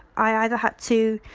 i either had to